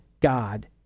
God